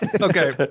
okay